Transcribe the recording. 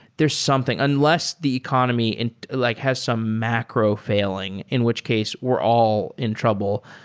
there's something. unless the economy and like has some macro-failing, in which case we're all in trouble.